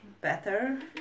better